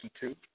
two